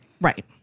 Right